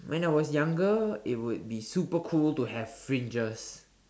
when I was younger it would be super cool to have fringes